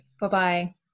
bye-bye